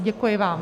Děkuji vám.